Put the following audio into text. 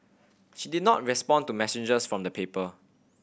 she did not respond to messages from the paper